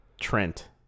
trent